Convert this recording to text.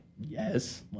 yes